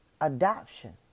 adoption